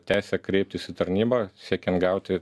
teisę kreiptis į tarnybą siekiant gauti